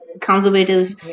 conservative